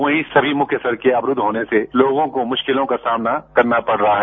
वहीं सभी मुख्य सड़कें अवरुद्ध होने से लोगो को मुश्किलों का सामना करना पड़ रहा है